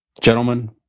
Gentlemen